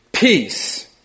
Peace